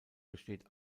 besteht